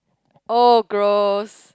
oh gross